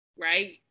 right